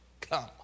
come